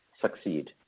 succeed